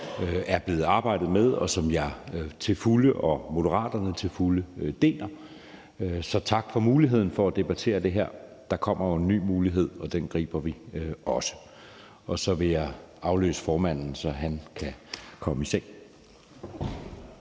er blevet arbejdet med, og som jeg og Moderaterne til fulde deler. Så tak for muligheden for at debattere det her. Der kommer jo en ny mulighed, og den griber vi også. Så vil jeg afløse formanden, så han kan komme i seng.